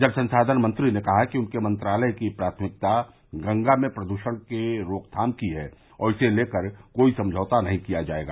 जल संसाधन मंत्री ने कहा कि उनके मंत्रालय की प्राथमिकता गंगा में प्रद्षण के रोकथाम की है और इसको लेकर कोई समझौता नहीं किया जाएगा